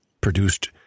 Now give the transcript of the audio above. produced